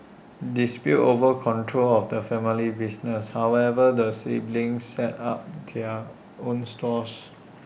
disputes over control of the family business however the siblings set up their own stalls